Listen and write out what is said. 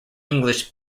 english